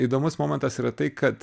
įdomus momentas yra tai kad